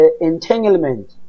entanglement